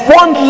one